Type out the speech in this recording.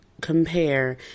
compare